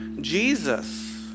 Jesus